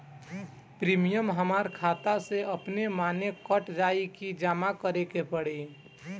Premium हमरा खाता से अपने माने कट जाई की जमा करे के पड़ी?